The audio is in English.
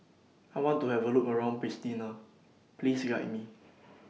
I want to Have A Look around Pristina Please Guide Me